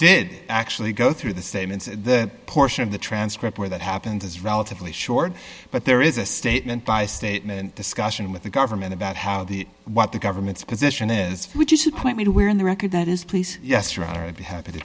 did actually go through the statements the portion of the transcript where that happens is relatively short but there is a statement by statement discussion with the government about how the what the government's position is would you should point me to where in the record that is please yes your honor and be happy to